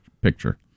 picture